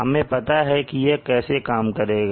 हमें पता है कि यह कैसे काम करेगा